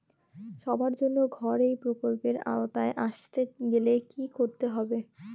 সবার জন্য ঘর এই প্রকল্পের আওতায় আসতে গেলে কি করতে হবে?